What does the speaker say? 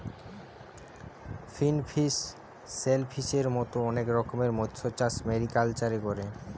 finfish, শেলফিসের মত অনেক রকমের মৎস্যচাষ মেরিকালচারে করে